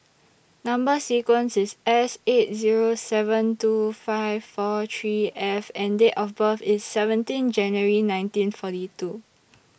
Number sequence IS S eight Zero seven two five four three F and Date of birth IS seventeen January nineteen forty two